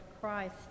Christ